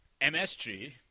MSG